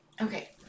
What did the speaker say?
okay